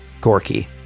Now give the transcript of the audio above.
Gorky